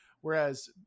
Whereas